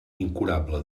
incurable